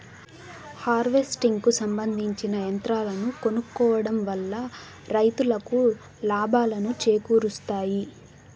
harvesting కు సంబందించిన యంత్రాలను కొనుక్కోవడం వల్ల రైతులకు లాభాలను చేకూరుస్తాయి